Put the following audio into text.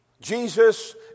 Jesus